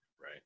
Right